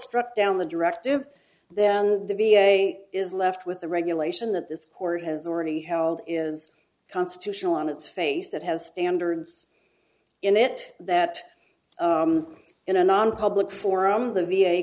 struck down the directive then the v a is left with the regulation that this court has already held is constitutional on its face that has standards in it that in a non public forum